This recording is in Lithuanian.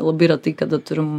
labai retai kada turim